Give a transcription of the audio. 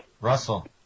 Russell